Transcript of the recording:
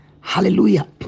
Hallelujah